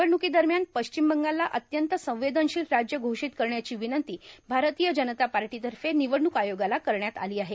निवडण्रकी दरम्यान पश्चिम बंगालला अत्यंत संवेदनशील राज्य घोषित करण्याची विनंती भारतीय जनता पाटीतर्फे निवडणूक आयोगाला करण्यात आली आहे